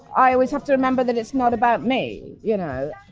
i always have to remember that it's not about me. you know